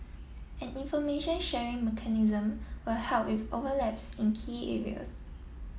an information sharing mechanism will help with overlaps in key areas